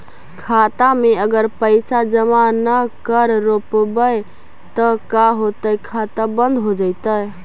खाता मे अगर पैसा जमा न कर रोपबै त का होतै खाता बन्द हो जैतै?